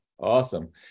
Awesome